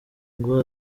ngo